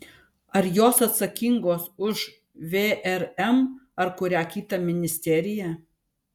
ar jos atsakingos už vrm ar kurią kitą ministeriją